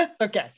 Okay